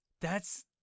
That's-